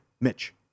Mitch